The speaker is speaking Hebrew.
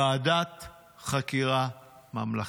ועדת חקירה ממלכתית.